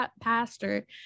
pastor